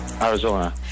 Arizona